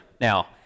Now